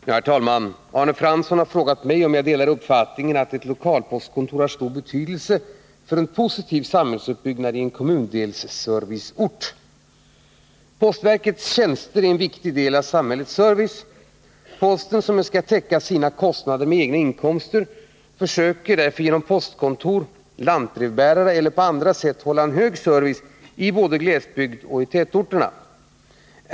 Herr talman! Arne Fransson har frågat mig om jag delar uppfattningen att ettlokalpostkontor har stor betydelse för en positiv samhällsuppbyggnad i en kommundelsserviceort. Postverkets tjänster är en viktig del av samhällsservicen. Verket, som skall täcka sina kostnader med egna inkomster, försöker därför genom postkontor, lantbrevbäring eller på andra sätt hålla en hög service i både glesbygd och tätorter.